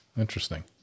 Interesting